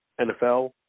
NFL